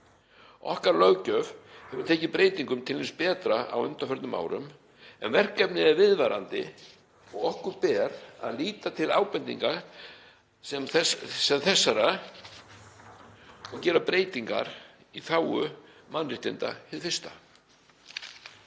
Okkar löggjöf hefur tekið breytingum til hins betra á undanförnum árum en verkefnið er viðvarandi og okkur ber að líta til ábendinga sem þessara og gera breytingar í þágu mannréttinda hið fyrsta.